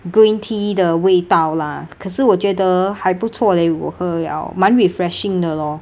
green tea 的味道 lah 可是我觉得还不错 leh 我喝药 liao 蛮 refreshing 的 lor